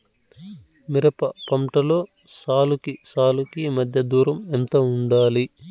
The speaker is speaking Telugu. మిరప పంటలో సాలుకి సాలుకీ మధ్య దూరం ఎంత వుండాలి?